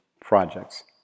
projects